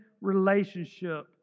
relationship